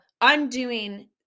undoing